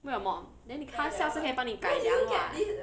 为什么 then 他下次可以帮你改良 [what]